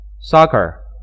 soccer